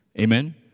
Amen